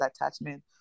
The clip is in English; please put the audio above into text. attachment